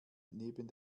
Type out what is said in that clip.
neben